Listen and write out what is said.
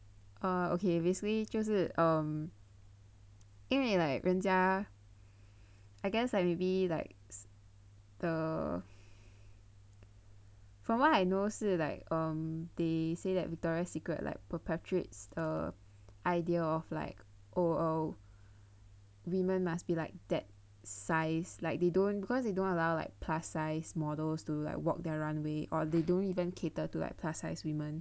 ah ok basically 就是 um 因为 like 人家 I guess like maybe like the from what I know 是 like um they say that Victoria Secret like perpetuates the idea of like oh err women must be like that size like they don't because they don't allow like plus size models to like walk their runway or they don't even cater to like plus size women